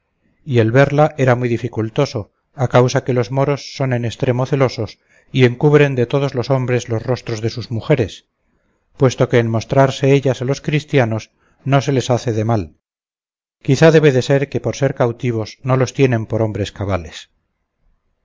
y el verla era muy dificultoso a causa que los moros son en estremo celosos y encubren de todos los hombres los rostros de sus mujeres puesto que en mostrarse ellas a los cristianos no se les hace de mal quizá debe de ser que por ser cautivos no los tienen por hombres cabales